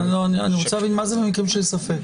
אני רוצה להבין מה זה מקרים של ספק?